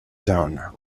zone